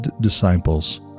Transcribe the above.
disciples